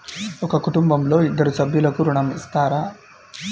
ఒక కుటుంబంలో ఇద్దరు సభ్యులకు ఋణం ఇస్తారా?